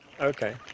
Okay